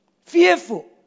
Fearful